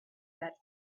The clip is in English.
that